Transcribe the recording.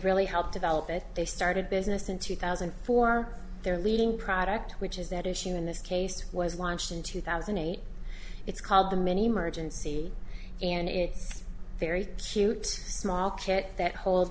really helped develop it they started business in two thousand and four they're leading product which is that issue in this case was launched in two thousand and eight it's called the many emergency and it's very cute small kit that hol